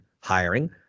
hiring